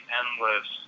endless